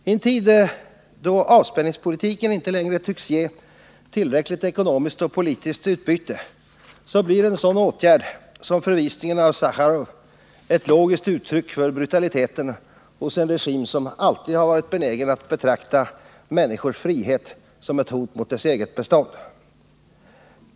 Ten tid då avspänningspolitiken inte längre tycks ge tillräckligt ekonomiskt och politiskt utbyte blir en sådan åtgärd som förvisningen av Sacharov ett logiskt uttryck för brutaliteten hos en regim som alltid varit benägen att betrakta människors frihet som ett hot mot dess eget bestånd.